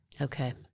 Okay